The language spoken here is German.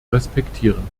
respektieren